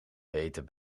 eten